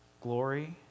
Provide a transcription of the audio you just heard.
glory